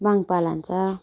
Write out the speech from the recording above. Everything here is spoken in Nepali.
माङ्पा लान्छ